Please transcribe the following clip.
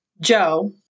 Joe